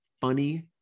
funny